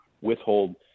withhold